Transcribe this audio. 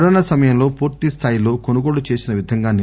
corona సమయంలో పూర్తిస్లాయిలో కొనుగోళ్లు చేసిన విధంగానే